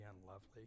unlovely